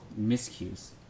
miscues